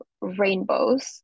rainbows